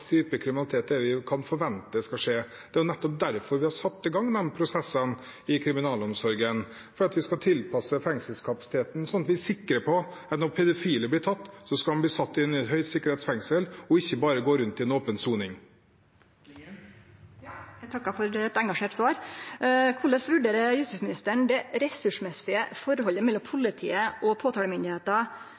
type kriminalitet som skjer, og hva slags type kriminalitet vi kan forvente skal skje. Det er nettopp derfor vi har satt i gang disse prosessene i kriminalomsorgen: for at vi skal tilpasse fengselskapasiteten sånn at vi er sikre på at når pedofile blir tatt, skal de bli satt i et høysikkerhetsfengsel og ikke bare gå rundt i åpen soning. Eg takkar for eit engasjert svar. Korleis vurderer justisministeren det ressursmessige forholdet mellom politiet og